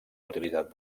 utilitat